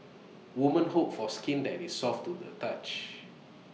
women hope for skin that is soft to the touch